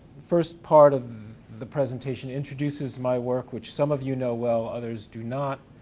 first part of the presentation introduces my work which some of you know well, others do not,